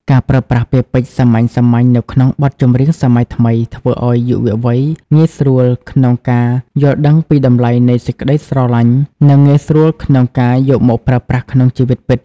ការប្រើប្រាស់ពាក្យពេចន៍សាមញ្ញៗនៅក្នុងបទចម្រៀងសម័យថ្មី ធ្វើឱ្យយុវវ័យងាយស្រួលក្នុងការយល់ដឹងពីតម្លៃនៃសេចក្តីស្រឡាញ់ និងងាយស្រួលក្នុងការយកមកប្រើប្រាស់ក្នុងជីវិតពិត។